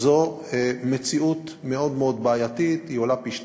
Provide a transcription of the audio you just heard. זו מציאות מאוד מאוד בעייתית, היא עולה פי-שניים.